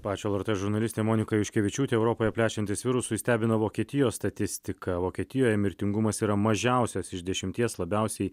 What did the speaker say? ačiū lrt žurnalistė monika juškevičiūtė europoje plečiantis virusui stebina vokietijos statistika vokietijoje mirtingumas yra mažiausias iš dešimties labiausiai